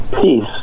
peace